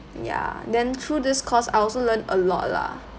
ya then through this course I also learn a lot lah